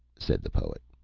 said the poet.